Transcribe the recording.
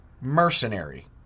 mercenary